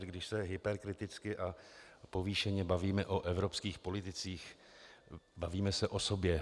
Když se hyperkriticky a povýšeně bavíme o evropských politicích, bavíme se o sobě.